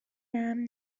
امن